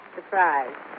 Surprise